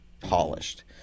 polished